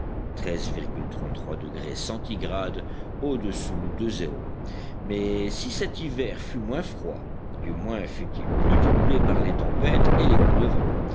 de zéro mais si cet hiver fut moins froid du moins fut-il plus troublé par les tempêtes et les coups de vent